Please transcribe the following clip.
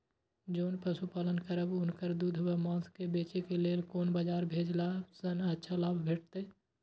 जोन पशु पालन करब उनकर दूध व माँस के बेचे के लेल कोन बाजार भेजला सँ अच्छा लाभ भेटैत?